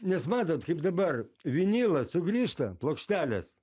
nes matot kaip dabar vinilas sugrįžta plokštelės